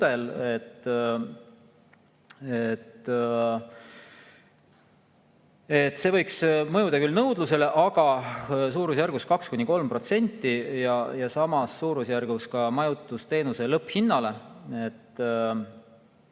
et see võiks mõjuda nõudlusele suurusjärgus 2–3% ja samas suurusjärgus ka majutusteenuse lõpphinnale.